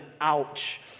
ouch